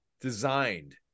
designed